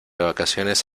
vacaciones